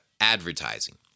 advertising